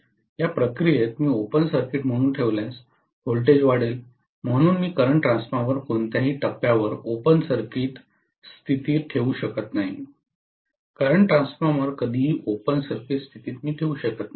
या प्रक्रियेत मी ओपन सर्किट म्हणून ठेवल्यास व्होल्टेज वाढेल म्हणून मी करंट ट्रान्सफॉर्मर कोणत्याही टप्प्यावर ओपन सर्किट स्थितीत ठेवू शकत नाही करंट ट्रान्सफॉर्मर कधीही ओपन सर्किट स्थितीत ठेवू शकत नाही